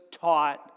taught